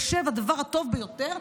בעוד שאצל גבר זה ייחשב הדבר הטוב ביותר,